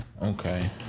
Okay